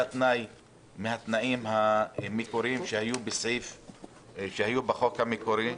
תנאי מהתנאים המקוריים שהיו בחוק המקורי.